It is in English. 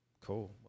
cool